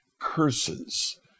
curses